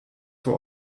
vor